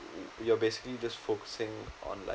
you're basically just focusing on like